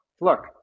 look